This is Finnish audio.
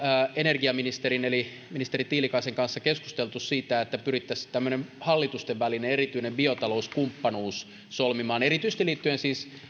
energiaministerin eli ministeri tiilikaisen kanssa keskustelleet siitä että pyrittäisiin solmimaan erityinen hallitusten välinen biotalouskumppanuus erityisesti liittyen